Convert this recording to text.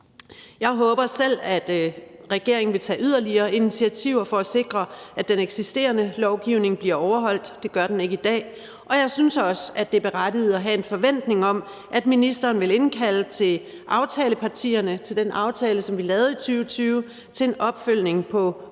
Jeg håber selv, at regeringen vil tage yderligere initiativer for at sikre, at den eksisterende lovgivning bliver overholdt, for det gør den ikke i dag, og jeg synes også, at det er berettiget at have en forventning om, at ministeren vil indkalde aftalepartierne bag den aftale, som vi lavede i 2020, til en opfølgning på aftalen,